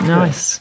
nice